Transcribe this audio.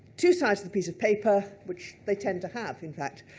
two sides to the piece of paper, which they tend to have, in fact.